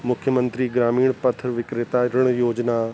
मुख्य मंत्री ग्रामीण पथ विक्रेता ऋण योजना